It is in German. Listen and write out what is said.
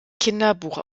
kinderbuch